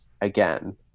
again